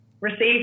received